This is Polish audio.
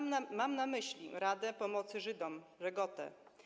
Mam na myśli Radę Pomocy Żydom „Żegotę”